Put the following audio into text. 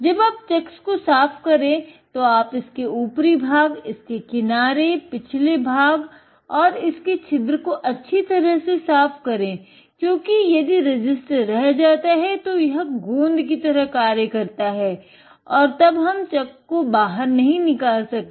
जब आप चक्स को साफ़ करे तो आप इसके ऊपरी भाग इसके किनारे पिछले भाग आर इसके छिद्र को अच्छी तरह से साफ़ करे क्योंकि यदि रेसिस्ट यहाँ रह जाता है तो गोंद कि तरह कार्य करता है और तब हम चक को बाहर नही निकाल सकते